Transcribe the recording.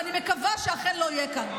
ואני מקווה שאכן לא יהיה כאן.